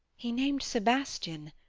he nam'd sebastian.